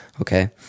Okay